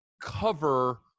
cover